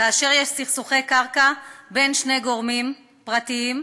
כאשר יש סכסוכי קרקע בין שני גורמים פרטיים,